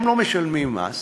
הם לא משלמים מס,